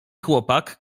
chłopak